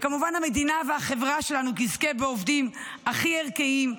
וכמובן המדינה והחברה שלנו יזכו בעובדים הכי ערכיים,